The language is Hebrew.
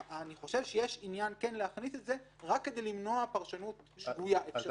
יש עניין להכניס את זה רק כדי למנוע פרשנות שגויה אפשרית.